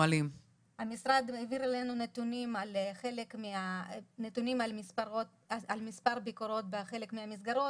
המשרד העביר אלינו נתונים על מספר ביקורות בחלק מהמסגרות,